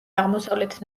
აღმოსავლეთ